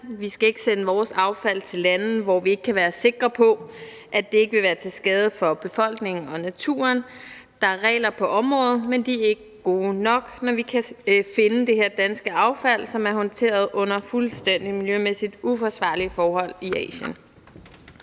Vi skal ikke sende vores affald til lande, hvor vi ikke kan være sikre på, at det ikke vil være til skade for befolkningen og naturen. Der er regler på området, men de er ikke gode nok, når vi kan finde det her danske affald, som er håndteret under fuldstændig miljømæssigt uforsvarlige forhold i Asien.